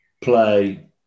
play